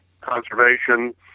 conservation